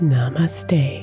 Namaste